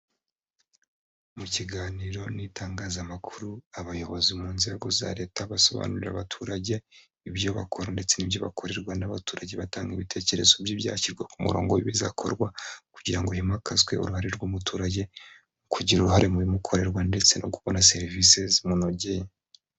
Mu kiganiro n'itangazamakuru, abayobozi mu nzego za leta basobanurira abaturage ibyo bakora ndetse n'ibyo bakorerwa n'abaturage, batanga ibitekerezo by'ibyashyirwa ku murongo w'ibizakorwa kugira ngo himakazwe uruhare rw'umuturage kugira uruhare mu bimukorerwa ndetse no kubona serivisi zimunogeye.